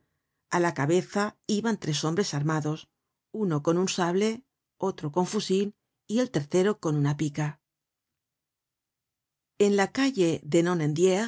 á la cabeza iban tres hombres armados uno con un sable otro con fusil y el tercero con una pica content from google book search generated at en la calle de